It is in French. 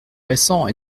récent